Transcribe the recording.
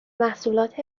محصولات